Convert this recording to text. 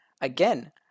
again